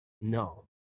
no